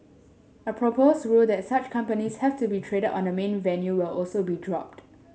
a proposed rule that such companies have to be traded on the main venue will also be dropped